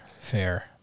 Fair